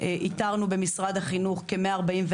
איתרנו במשרד החינוך כ-144